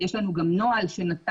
יש לנו גם נוהל שנתן